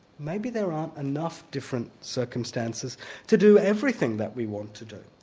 maybe there aren't enough different circumstances to do everything that we want to do.